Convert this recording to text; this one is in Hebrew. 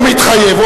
הוא מתחייב.